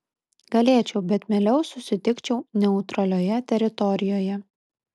galėčiau bet mieliau susitikčiau neutralioje teritorijoje